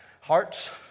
heart's